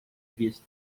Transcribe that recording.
vista